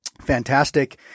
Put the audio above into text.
fantastic